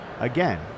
again